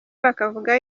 bakavuga